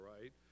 right